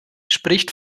spricht